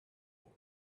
lord